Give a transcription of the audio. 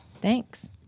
Thanks